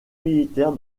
militaire